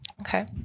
Okay